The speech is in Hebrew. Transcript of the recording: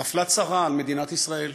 נפלה צרה על מדינת ישראל: